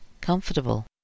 comfortable